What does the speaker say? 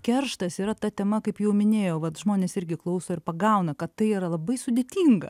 kerštas yra ta tema kaip jau minėjau vat žmonės irgi klauso ir pagauna kad tai yra labai sudėtinga